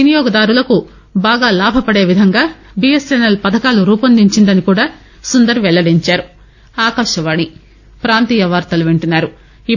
వినియోగదారులకు బాగా లాభపడే విధంగా బిఎస్ఎన్ఎల్ పథకాలు రూపొందిచిందని కూడా సుందర్ వెల్లడించారు